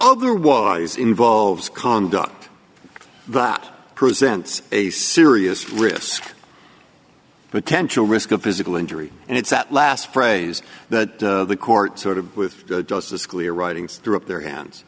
otherwise involves conduct that presents a serious risk potential risk of physical injury and it's that last phrase that the court sort of with justice scalia writings threw up their hands